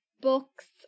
books